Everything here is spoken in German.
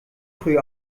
früh